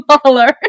smaller